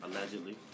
allegedly